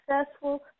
successful